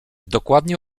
dokładnie